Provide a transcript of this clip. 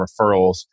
referrals